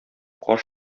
каш